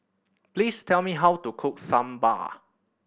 please tell me how to cook Sambar